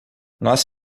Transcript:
nós